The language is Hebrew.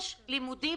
הגדול.